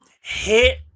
hit